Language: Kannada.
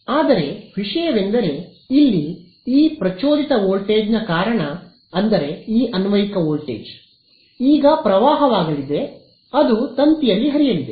ಆದರೆ ವಿಷಯವೆಂದರೆ ಇಲ್ಲಿ ಈ ಪ್ರಚೋದಿತ ವೋಲ್ಟೇಜ್ ನ ಕಾರಣ ಅಂದರೆ ಈ ಅನ್ವಯಿಕ ವೋಲ್ಟೇಜ್ ಈಗ ಪ್ರವಾಹವಾಗಲಿದೆ ಅದು ತಂತಿಯಲ್ಲಿ ಹರಿಯಲಿದೆ